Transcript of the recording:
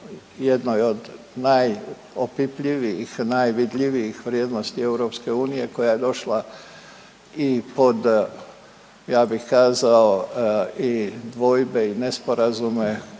jednoj od najopipljivijih, najvidljivijih vrijednosti EU koja je došla i pod ja bih kazao i dvojbe i nesporazume kroz